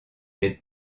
des